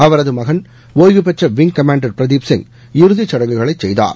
அவரது மகள் ஒய்வுபெற்ற விங் கமாண்டர் பிரதீப்சிங் இறுதிச் சடங்குகளை செய்தார்